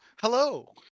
hello